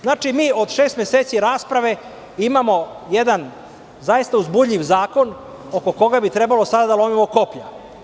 Znači, mi od šest meseci rasprave imamo jedan zaista uzbudljiv zakon oko koga bi trebalo sada da lomimo koplja.